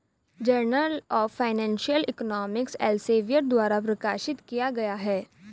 journal of financial economics Elsevier द्वारा प्रकाशित किया गया हैं